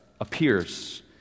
appears